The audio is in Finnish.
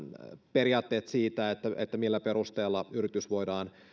periaatteet siitä millä perusteella yritys voidaan